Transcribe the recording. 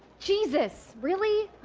jesus! really?